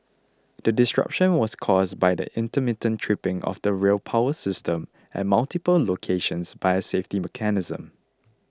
the disruption was caused by the intermittent tripping of the rail power system at multiple locations by a safety mechanism